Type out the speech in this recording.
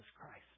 Christ